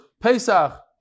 Pesach